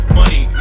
money